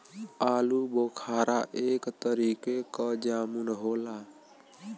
आलूबोखारा एक तरीके क जामुन होला